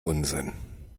unsinn